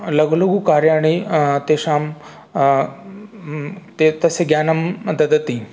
लघुलघुकार्याणि तेषां ते तस्य ज्ञानं ददति